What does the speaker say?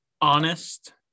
honest